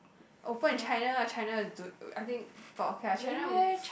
open in China lah China is do~ I think but okay lah China